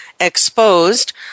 Exposed